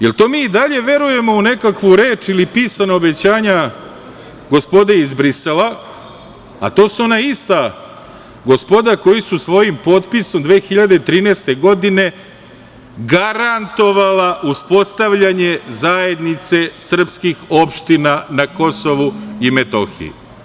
Da li mi to i dalje verujemo u nekakvu reč ili pisana obećanja gospode iz Brisela, a to su ona ista gospoda koja su svojim potpisom 2013. godine garantovala uspostavljanje Zajednice srpskih opština na KiM?